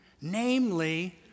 Namely